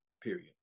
period